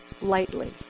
lightly